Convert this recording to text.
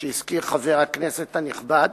שהזכיר חבר הכנסת הנכבד